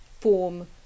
form